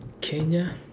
Kenya